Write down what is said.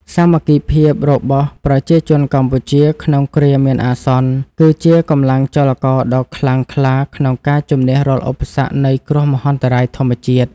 សាមគ្គីភាពរបស់ប្រជាជនកម្ពុជាក្នុងគ្រាមានអាសន្ន គឺជាកម្លាំងចលករដ៏ខ្លាំងក្លាក្នុងការជម្នះរាល់ឧបសគ្គនៃគ្រោះមហន្តរាយធម្មជាតិ។